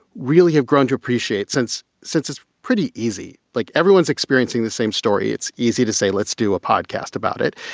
really have grown to appreciate since since it's pretty easy. like everyone's experiencing the same story. it's easy to say let's do a podcast about it.